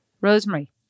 Rosemary